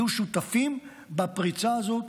להיות שותפים בפריצה הזאת,